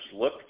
look